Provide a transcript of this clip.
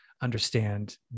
understand